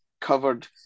covered